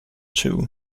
too